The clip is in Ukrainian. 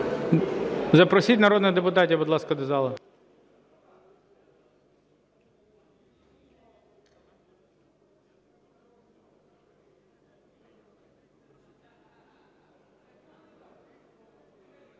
Запросіть народних депутатів, будь ласка, до зали.